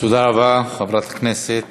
תודה רבה, חברת הכנסת